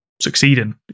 succeeding